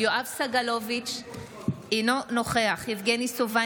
יואב סגלוביץ' אינו נוכח יבגני סובה,